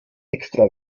extra